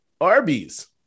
Arby's